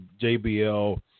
JBL